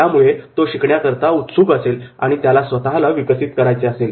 त्यामुळे तो शिकण्याकरता उत्सुक असेल आणि त्याला स्वतःला विकसित करायचे आहे